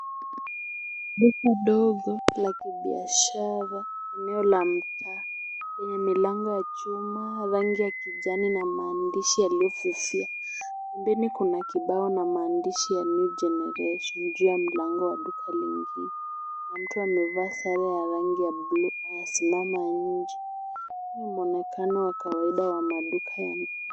Duka dogo la kibiashara eneo la mtaa lenye milango ya chuma ya rangi ya kijani na maandishi yaliyofifia. Pembeni kuna kibao na maandishi ya new generation. Juu ya ya mlango wa duka lingine, kuna mtu amevaa sare ya rangi ya buluu na anasimama nje. Ni mwonekano wa kawaida wa maduka ya mtaa.